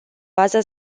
baza